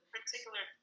particular